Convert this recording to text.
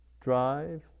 drive